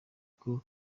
ubwo